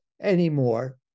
anymore